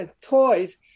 toys